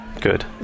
good